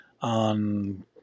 on